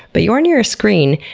but you are near a screen,